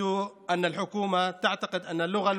(אומר דברים בשפה הערבית,